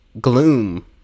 gloom